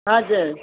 हजुर